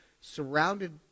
surrounded